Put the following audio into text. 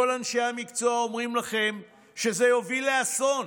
כל אנשי המקצוע אומרים לכם שזה יוביל לאסון,